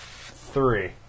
three